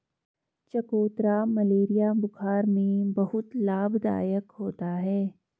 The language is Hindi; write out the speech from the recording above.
चकोतरा मलेरिया बुखार में बहुत लाभदायक होता है